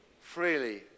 freely